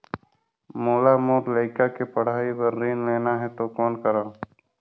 मोला मोर लइका के पढ़ाई बर ऋण लेना है तो कौन करव?